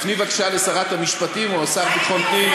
תפני בבקשה לשרת המשפטים או לשר לביטחון הפנים,